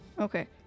Okay